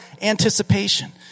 anticipation